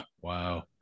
Wow